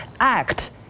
act